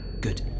Good